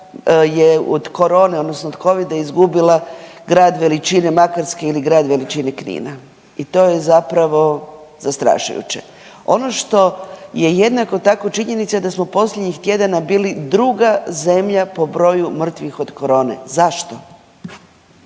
je od korone odnosno od Covida izgubila grad veličine Makarske ili grad veličine Knina i to je zapravo zastrašujuće. Ono što je jednako tako činjenica da smo posljednjih tjedana bili druga zemlja po broju mrtvih od korone, zašto?